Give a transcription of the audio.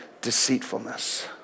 deceitfulness